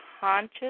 conscious